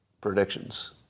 predictions